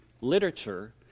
literature